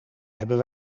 hebben